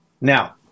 Now